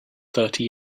thirty